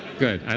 good.